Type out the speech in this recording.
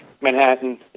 Manhattan